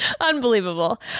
Unbelievable